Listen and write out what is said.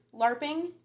LARPing